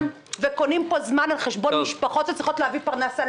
קונים פה זמן על חשבון משפחות שצריכות להביא פרנסה.